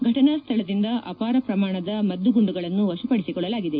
ಫಟನಾ ಸ್ಥಳದಿಂದ ಅಪಾರ ಪ್ರಮಾಣದ ಮದ್ದುಗುಂಡುಗಳನ್ನು ವಶಪಡಿಸಿಕೊಳ್ಳಲಾಗಿದೆ